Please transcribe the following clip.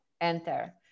enter